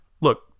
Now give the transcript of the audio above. look